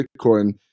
bitcoin